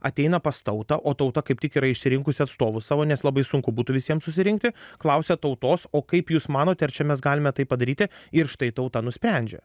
ateina pas tautą o tauta kaip tik yra išsirinkusi atstovus savo nes labai sunku būtų visiem susirinkti klausia tautos o kaip jūs manote ar čia mes galime taip padaryti ir štai tauta nusprendžia